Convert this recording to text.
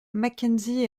mackenzie